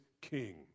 King